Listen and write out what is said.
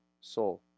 soul